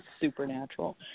supernatural